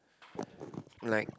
goodnight